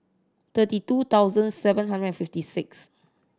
thirty two thousand seven hundred and fifty six